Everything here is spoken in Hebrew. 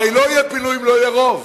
הרי לא יהיה פינוי אם לא יהיה רוב.